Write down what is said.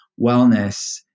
wellness